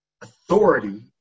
authority